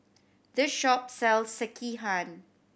this shop sells Sekihan